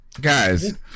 guys